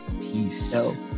Peace